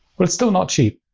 well, it's still not cheap.